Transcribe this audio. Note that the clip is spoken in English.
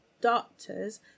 doctors